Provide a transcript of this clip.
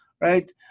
right